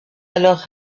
alors